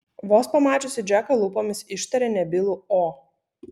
vos pamačiusi džeką lūpomis ištarė nebylų o